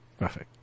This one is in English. Perfect